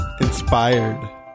inspired